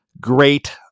great